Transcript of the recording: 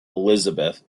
elizabeth